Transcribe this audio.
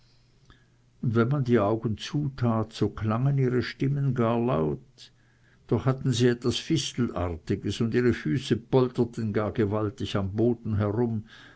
und wenn man die augen zutat so klangen ihre stimmen gar laut doch hatten sie etwas fistelartiges und ihre füße polterten gar gewaltig am boden herum